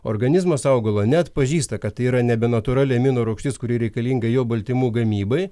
organizmas augalo neatpažįsta kad tai yra nebenatūrali amino rūgštis kuri reikalinga jo baltymų gamybai